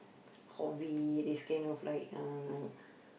hobbit this kind of like uh